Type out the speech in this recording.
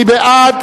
מי בעד?